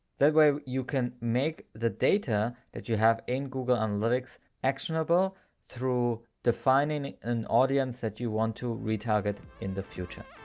that way you can make the data that you have in google analytics actionable through defining an audience that you want to retarget in the future.